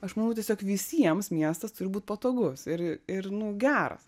aš manau tiesiog visiems miestas turi būt patogus ir ir ir nu geras